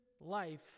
life